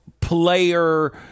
player